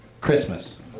Christmas